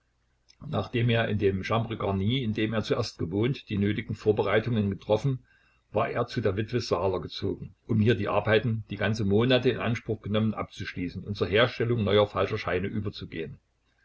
nachdem er in dem chambre garnie in dem er zuerst gewohnt die nötigen vorbereitungen getroffen war er zu der witwe saaler gezogen um hier die arbeiten die ganze monate in anspruch genommen abzuschließen und zur herstellung neuer falscher scheine überzugehen